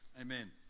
Amen